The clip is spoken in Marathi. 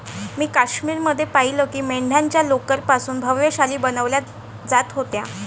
मी काश्मीर मध्ये पाहिलं की मेंढ्यांच्या लोकर पासून भव्य शाली बनवल्या जात होत्या